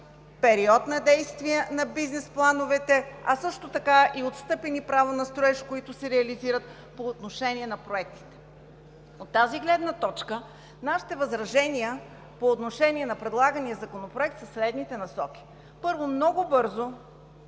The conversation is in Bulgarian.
период на действие на бизнес плановете, а също така и отстъпено право на строеж, които се реализират по отношение на проектите. От тази гледна точка нашите възражения по отношение на предлагания Законопроект са в следните насоки. Първо, много бързо